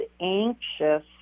anxious